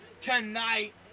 tonight